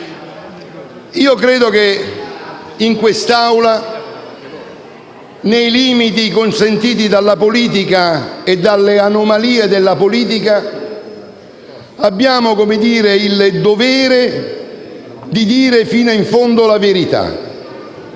Credo che in quest'Assemblea, nei limiti consentiti dalla politica e dalle anomalie della politica, abbiamo il dovere di dire fino in fondo la verità.